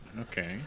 Okay